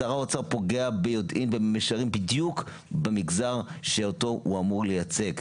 שר האוצר פוגע ביודעין ובמישרין בדיוק במגזר שאותו הוא אמור לייצג,